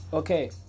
Okay